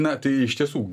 na tai iš tiesų